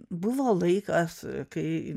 buvo laikas kai